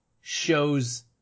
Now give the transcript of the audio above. shows